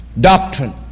Doctrine